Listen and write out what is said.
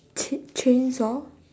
ch~ chainsaw